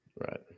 Right